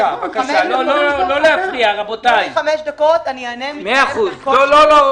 חמש דקות אענה על כל שאלה.